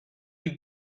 you